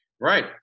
Right